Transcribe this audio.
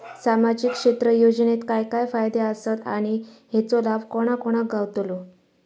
सामजिक क्षेत्र योजनेत काय काय फायदे आसत आणि हेचो लाभ कोणा कोणाक गावतलो?